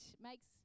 makes